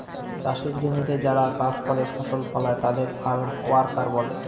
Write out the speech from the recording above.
চাষের জমিতে যারা কাজ করে ফসল ফলায় তাদের ফার্ম ওয়ার্কার বলে